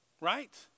Right